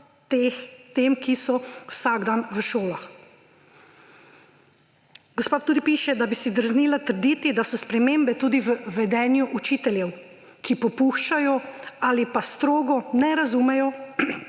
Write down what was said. sploh tem, ki so vsak dan v šolah. Gospa tudi piše, da bi si drznila trditi, da so spremembe tudi v vedenju učiteljev, ki popuščajo ali pa strogo ne razumejo